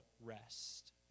rest